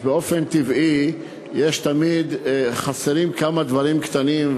באופן טבעי תמיד חסרים כמה דברים קטנים,